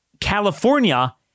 California